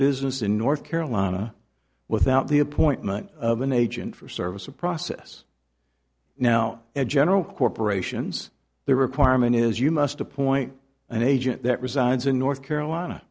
business in north carolina without the appointment of an agent for service of process now and general corporations the requirement is you must appoint an agent that resides in north carolina